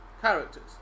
characters